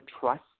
trust